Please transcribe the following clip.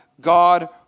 God